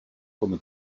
comme